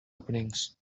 openings